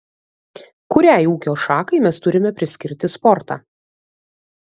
kuriai ūkio šakai mes turime priskirti sportą